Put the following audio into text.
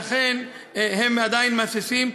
לכן הם עדיין מהססים.